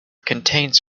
contains